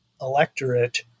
electorate